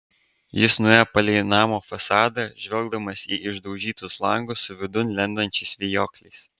jis nuėjo palei namo fasadą žvelgdamas į išdaužytus langus su vidun lendančiais vijokliais